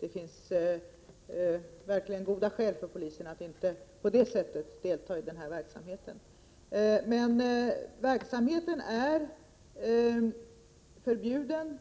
Det finns verkligen goda skäl för polisen att inte på det sättet delta i den här verksamheten. Verksamheten är alltså förbjuden,